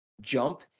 jump